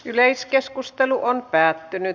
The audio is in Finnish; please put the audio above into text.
yleiskeskustelu päättyi